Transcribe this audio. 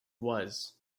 was